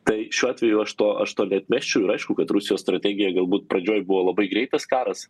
tai šiuo atveju aš to aš to neatmesčiau ir aišku kad rusijos strategija galbūt pradžioj buvo labai greitas karas